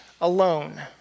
alone